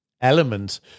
element